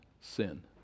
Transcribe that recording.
sin